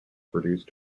produce